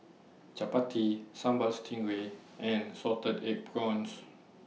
Chappati Sambal Stingray and Salted Egg Prawns